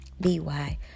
B-Y